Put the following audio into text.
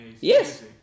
Yes